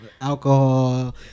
alcohol